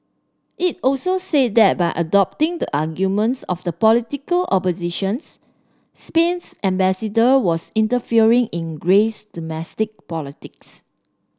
it also said that by adopting the arguments of the political oppositions Spain's ambassador was interfering in Greece domestic politics